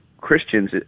Christians